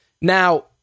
Now